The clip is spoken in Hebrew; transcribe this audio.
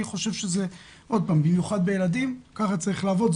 אני חושב שבמיוחד בילדים כך צריך לעבוד.